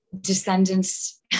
Descendants